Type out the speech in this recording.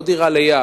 לא דירה ליד.